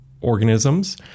organisms